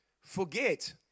forget